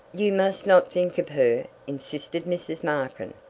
you must not think of her, insisted mrs. markin,